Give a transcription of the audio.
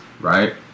Right